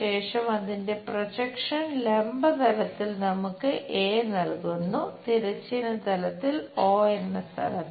ശേഷം അതിന്റെ പ്രൊജക്ഷൻ ലംബ തലത്തിൽ നമുക്ക് നൽകുന്നു തിരശ്ചീനതലത്തിൽ 0 എന്ന സ്ഥലത്ത്